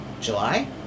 July